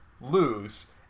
lose